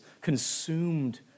consumed